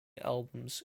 albums